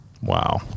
Wow